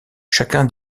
chacun